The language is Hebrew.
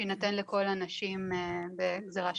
שיינתן לכל הנשים בגזרה שווה.